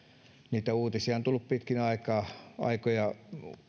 niitä uutisia on tullut pitkin aikaa jo aikoja